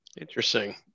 Interesting